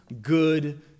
good